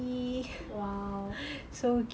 !wow!